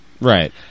Right